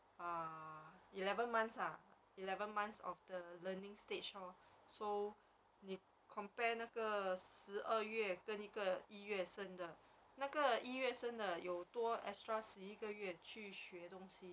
ah eleven months lah eleven months of the learning stage lor so 你 compare 那个十二月跟一个一月生的那个一月生的有多 extra 十一个月去学东西